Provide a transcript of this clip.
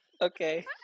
Okay